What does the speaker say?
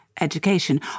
Education